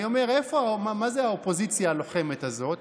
אני אומר: מה האופוזיציה הלוחמת הזאת?